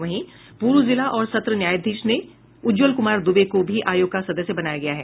वहीं पूर्व जिला और सत्र न्यायाधीश उज्जवल कुमार दुबे को भी आयोग का सदस्य बनाया गया है